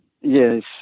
yes